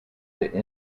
that